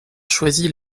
choisit